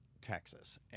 Texas